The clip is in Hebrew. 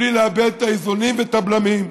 ובלי לאבד את האיזונים ואת הבלמים.